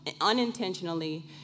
unintentionally